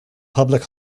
public